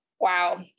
wow